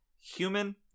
human